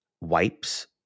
wipes